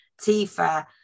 Tifa